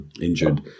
injured